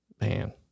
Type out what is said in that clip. man